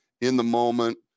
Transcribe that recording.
in-the-moment